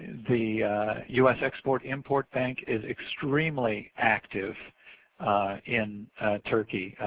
the u s. export, import bank is extremely active in turkey.